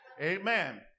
Amen